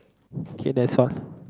okay that's all